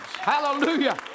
Hallelujah